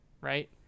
right